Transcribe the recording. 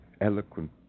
eloquent